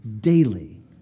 daily